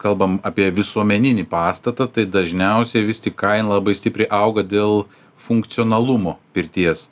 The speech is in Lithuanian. kalbam apie visuomeninį pastatą tai dažniausiai vis tik kaina labai stipriai auga dėl funkcionalumo pirties